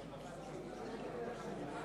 להצעת חוק ההתייעלות הכלכלית (תיקוני חקיקה